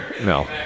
no